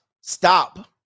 Stop